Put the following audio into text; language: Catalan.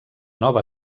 nova